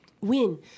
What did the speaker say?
win